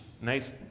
nice